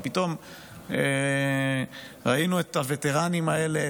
ופתאום ראינו את הווטרנים האלה,